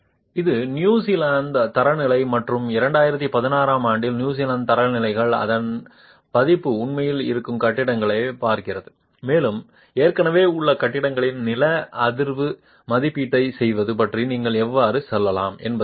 இது நியூசிலாந்து தரநிலைகள் மற்றும் 2016 ஆம் ஆண்டில் நியூசிலாந்து தரநிலைகள் அதன் பதிப்பு உண்மையில் இருக்கும் கட்டிடங்களைப் பார்க்கிறது மேலும் ஏற்கனவே உள்ள கட்டிடங்களின் நில அதிர்வு மதிப்பீட்டைச் செய்வது பற்றி நீங்கள் எவ்வாறு செல்லலாம் என்பதைக் குறிக்கிறது